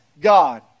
God